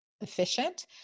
efficient